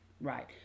right